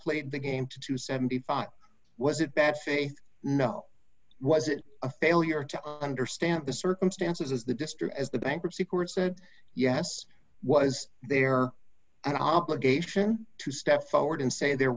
played the game to seventy five was it bad faith no was it a failure to understand the circumstances as the district as the bankruptcy court said yes was there an obligation to step forward and say there